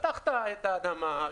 פתחת את האדמה,